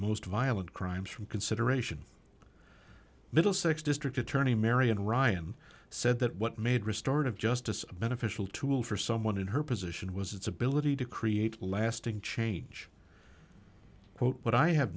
most violent crimes from consideration middlesex district attorney marian ryan said that what made restorative justice a beneficial tool for someone in her position was its ability to create lasting change quote what i have